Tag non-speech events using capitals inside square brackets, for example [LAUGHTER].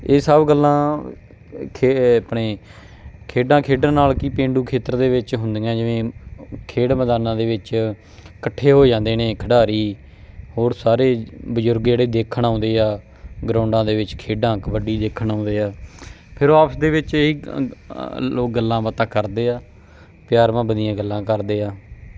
ਇਹ ਸਭ ਗੱਲਾਂ ਇੱਥੇ ਆਪਣੇ ਖੇਡਾਂ ਖੇਡਣ ਨਾਲ ਕਿ ਪੇਂਡੂ ਖੇਤਰ ਦੇ ਵਿੱਚ ਹੁੰਦੀਆਂ ਜਿਵੇਂ ਖੇਡ ਮੈਦਾਨਾਂ ਦੇ ਵਿੱਚ ਇਕੱਠੇ ਹੋ ਜਾਂਦੇ ਨੇ ਖਿਡਾਰੀ ਹੋਰ ਸਾਰੇ ਬਜ਼ੁਰਗ ਜਿਹੜੇ ਦੇਖਣ ਆਉਂਦੇ ਆ ਗਰਾਊਂਡਾਂ ਦੇ ਵਿੱਚ ਖੇਡਾਂ ਕਬੱਡੀ ਦੇਖਣ ਆਉਂਦੇ ਆ ਫਿਰ ਉਹ ਆਪਸ ਦੇ ਵਿੱਚ ਇਹ [UNINTELLIGIBLE] ਲੋਕ ਗੱਲਾਂ ਬਾਤਾਂ ਕਰਦੇ ਆ ਪਿਆਰ ਮੁਹੱਬਤ ਦੀਆਂ ਗੱਲਾਂ ਕਰਦੇ ਆ